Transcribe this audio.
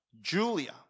Julia